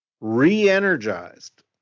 re-energized